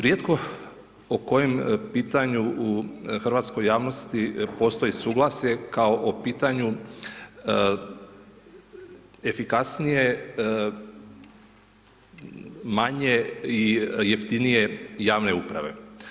Rijetko o kojem pitanju u hrvatskoj javnosti postoji suglasje kao o pitanju efikasnije, manje i jeftinije javne uprave.